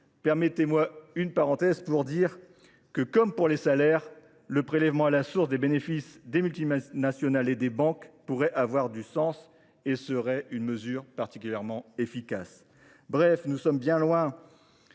Éric Bocquet. À ce titre, comme pour les salaires, le prélèvement à la source des bénéfices des multinationales et des banques pourrait avoir du sens et serait une mesure particulièrement efficace. Nous sommes bien loin